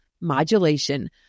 modulation